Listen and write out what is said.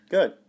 Good